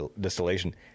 distillation